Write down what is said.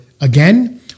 again